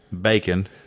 Bacon